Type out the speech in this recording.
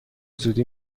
زودی